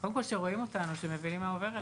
קודם כל שרואים אותנו, שמבינים מה עובר עלינו.